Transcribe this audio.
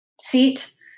seat